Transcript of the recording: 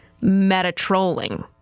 meta-trolling